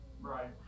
Right